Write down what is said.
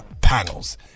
panels